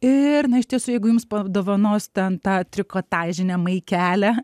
ir na iš tiesų jeigu jums padovanos ten tą trikotažinę maikelę